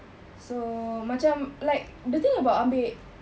so macam like the thing about ambil